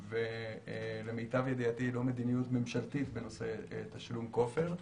ולמיטב ידיעתי לא מדיניות ממשלתית בנושא תשלום כופר.